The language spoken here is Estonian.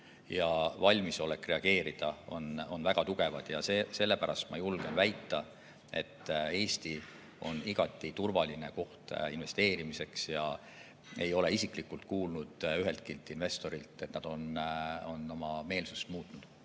ja valmisolek reageerida on väga tugevad. Sellepärast ma julgen väita, et Eesti on igati turvaline koht investeerimiseks. Ei ole isiklikult kuulnud üheltki investorilt, et keegi oleks oma meelsust muutnud.